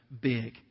big